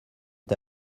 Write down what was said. est